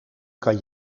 kan